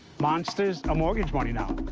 monsters or mortgage money now.